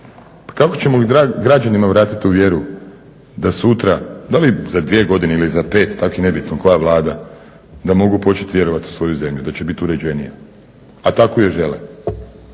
pa kako ćemo građanima vratit tu vjeru da sutra, da li za dvije godine ili za pet, tako je nebitno koja Vlada, da mogu počet vjerovat u svoju zemlju da će bit uređenija, a takvu je žele.